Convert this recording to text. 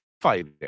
fighting